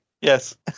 Yes